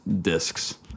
discs